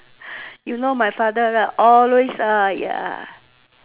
you know my father lah always !aiya!